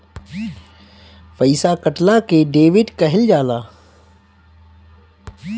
पइसा कटला के डेबिट कहल जाला